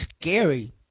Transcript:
scary